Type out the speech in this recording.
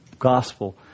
Gospel